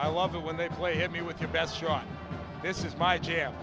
i love it when they play at me with your best shot this is my